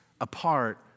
apart